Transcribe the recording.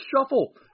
shuffle